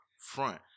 front